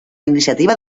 iniciativa